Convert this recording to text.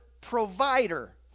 provider